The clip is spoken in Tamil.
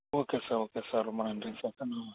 ஓகே சார் ஓகே சார் ரொம்ப நன்றிங்க சார்